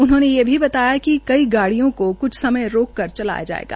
उन्होंने ये भी बताया कि कई गाड़ियों को कुछ समय रोक कर चलाया जाएगा